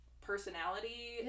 personality